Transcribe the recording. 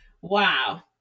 wow